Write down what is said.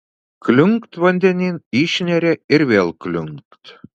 kliunkt vandenin išneria ir vėl kliunkt